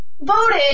voted